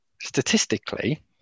statistically